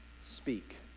speak